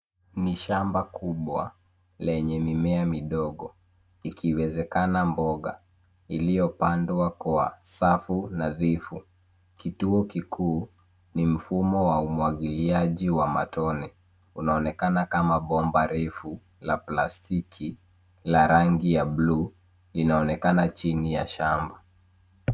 Ni shamba kubwa lenye mimea midogo ikiwezekana mboga iliyopangwa kwa safu nadhifu, kituo kikuu ni mfumo wa umwagiliaji wa matone, unaonekana kama bomba refu la plastiki la rangi ya buluu linaonekana chini ya shamba.